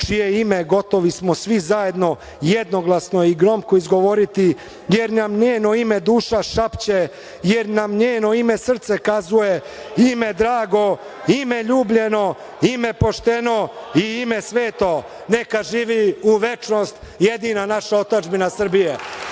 čije ime gotovi smo svi zajedno jednoglasno i gromko izgovoriti, jer nam njeno ime duša šapće, jer nam njeno ime srce kazuje, ime drago, ime ljubljeno, ime pošteno i ime sveto, neka živi u večnost jedina naša otadžbina Srbija!